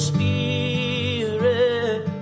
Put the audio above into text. Spirit